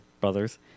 brothers